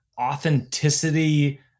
authenticity